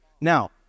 Now